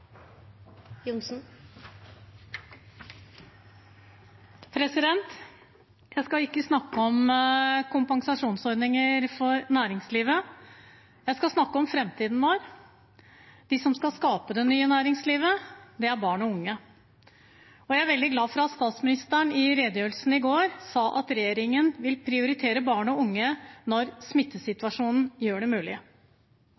Jeg skal ikke snakke om kompensasjonsordninger for næringslivet. Jeg skal snakke om framtiden vår, de som skal skape det nye næringslivet: barn og unge. Jeg er veldig glad for at statsministeren i redegjørelsen i går sa at regjeringen vil prioritere barn og unge når